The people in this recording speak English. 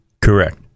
Correct